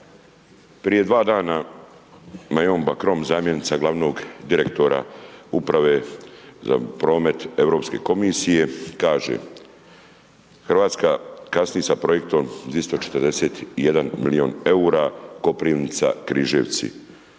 prije dva dana Majom Bakran zamjenica glavnog direktora uprave za promet Europske komisije kaže, RH kasni sa projektom 241 milijun EUR-a Koprivnica- Križevci,